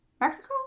Mexico